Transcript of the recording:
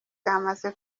bwamaze